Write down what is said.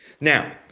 Now